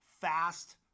fast